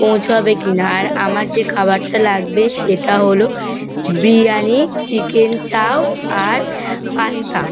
পৌঁছাবে কি না আর আমার যে খাবারটা লাগবে সেটা হলো বিরিয়ানি চিকেন চাও আর পাস্তা